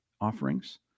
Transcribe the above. offerings